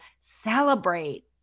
celebrate